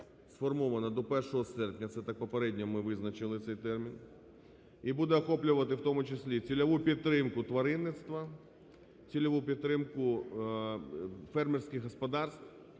сформована до 1 серпня. Це так, попередньо ми визначили цей термін. І буде охоплювати в тому числі цільову підтримку тваринництва, цільову підтримку фермерських господарств.